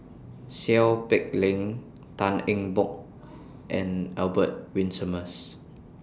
Seow Peck Leng Tan Eng Bock and Albert Winsemius